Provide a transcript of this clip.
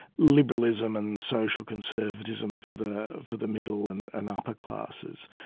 liberalism and social conservatism for the for the middle and and upper classes.